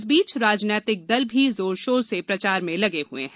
इस बीच राजनीतिक दलों ने जोर शोर से प्रचार में लगे हुए हैं